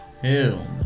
Hell